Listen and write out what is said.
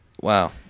Wow